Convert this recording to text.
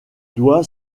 doit